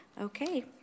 Okay